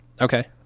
Okay